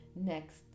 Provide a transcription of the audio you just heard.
Next